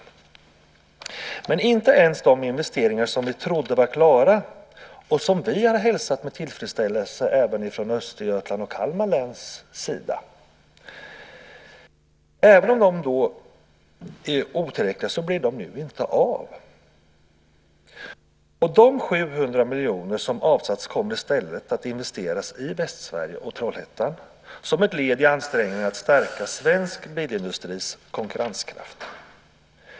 Även om de investeringar som vi trodde var klara och som vi har hälsat med tillfredsställelse från Östergötland och Kalmar läns sida är otillräckliga blir de nu inte av. De 700 miljoner som har avsatts kommer i stället att investeras i Västsverige och Trollhättan som ett led i ansträngningarna att stärka svensk bilindustris konkurrenskraft.